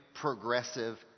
progressive